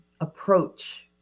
approach